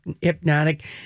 hypnotic